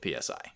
PSI